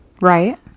right